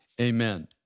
amen